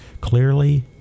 clearly